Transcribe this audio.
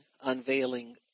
unveiling